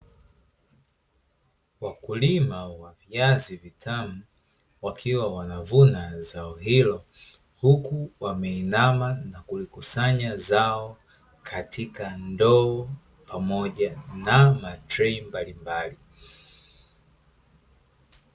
Wakulima wa viazi vitamu wakiwa wanavuna zao hilo, huku wameinama na kulikusanya zao katika ndoo pamoja na matrei mbalimbali.